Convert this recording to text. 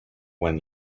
when